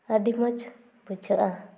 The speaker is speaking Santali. ᱟᱹᱰᱤ ᱢᱚᱡᱽ ᱵᱩᱡᱷᱟᱹᱜᱼᱟ